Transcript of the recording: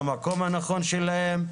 למקום הנכון שלהם.